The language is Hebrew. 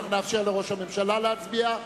נאפשר לראש הממשלה להצביע,